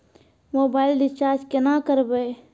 Mobile recharge केना करबै?